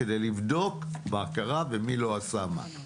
כדי לבדוק מה קרה ומי לא עשה מה.